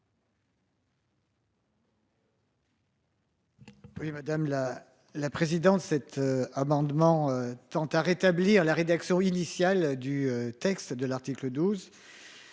Oui madame la la présidente cet amendement tend à rétablir la rédaction initiale du texte de l'article 12.